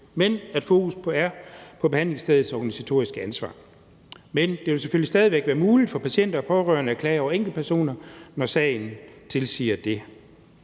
men at fokus er på behandlingsstedets organisatoriske ansvar. Men det vil selvfølgelig stadig væk være muligt for patienter og pårørende at klage over enkeltpersoner, når sagen tilsiger det.